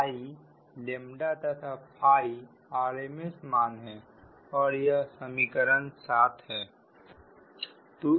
I तथा RMS मान है और यह समीकरण 7 हैं